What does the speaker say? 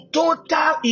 total